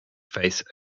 face